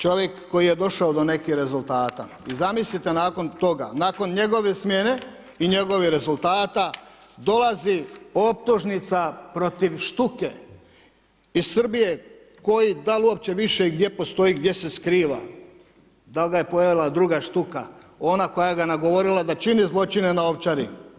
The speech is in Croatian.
Čovjek koji je došao do nekih rezultat i zamislite nakon toga, nakon njegove smjene i njegovih rezultata, dolazi optužnica protiv Štuke iz Srbije koji dal uopće i više gdje postoji, gdje se skriva, dal ga je pojela druga štuka, ona koja ga nagovorila da čini zločine na Ovčari.